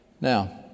Now